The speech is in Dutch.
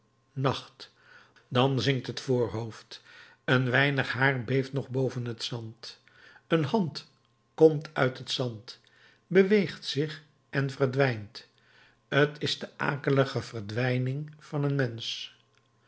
nacht dan zinkt het voorhoofd een weinig haar beeft nog boven het zand een hand komt uit het zand beweegt zich en verdwijnt t is de akelige verdwijning van een mensch